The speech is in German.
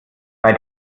bei